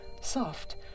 Soft